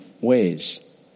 ways